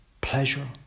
pleasure